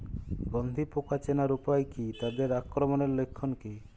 গন্ধি পোকা চেনার উপায় কী তাদের আক্রমণের লক্ষণ কী?